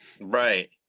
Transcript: right